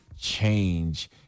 change